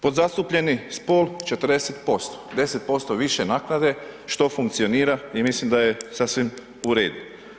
Pod zastupljeni spol 40%, 10% više naknade što funkcionira i mislim da je sasvim u redu.